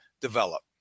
develop